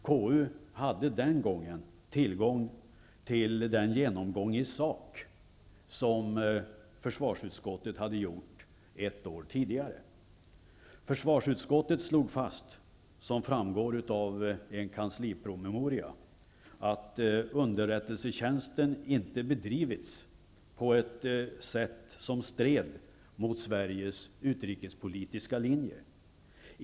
KU hade den gången tillgång till den genomgång i sak, som försvarsutskottet hade gjort ett år tidigare. Som framgår av en kanslipromemoria slog försvarsutskottet fast att underrättelsetjänsten inte hade bedrivits på ett sätt som stred mot Sveriges utrikespolitiska linje.